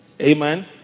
Amen